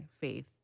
faith